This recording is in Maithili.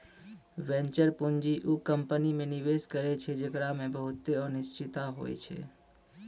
वेंचर पूंजी उ कंपनी मे निवेश करै छै जेकरा मे बहुते अनिश्चिता होय छै